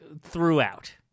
throughout